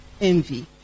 envy